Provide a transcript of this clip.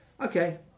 okay